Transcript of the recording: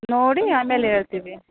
ನೋಡಿ ಆಮೇಲೆ ಹೇಳ್ತೀವಿ